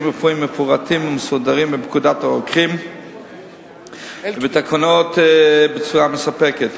רפואיים מפורטים ומוסדרים בפקודת הרוקחים ובתקנות בצורה מספקת.